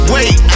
Wait